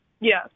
Yes